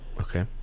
Okay